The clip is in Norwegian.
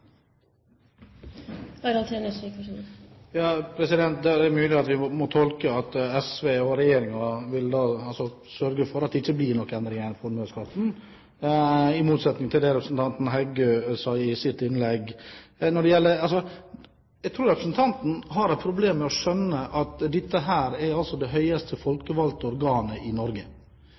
må vere gode. Det er mulig at vi må tolke det slik at SV og regjeringen vil sørge for at det ikke blir noen endringer i formuesskatten, i motsetning til det representanten Heggø sa i sitt innlegg. Jeg tror representanten har problemer med å skjønne at dette er det høyeste folkevalgte organet i Norge, dvs. at det er dette organet som er den bevilgende og lovgivende myndighet – det er altså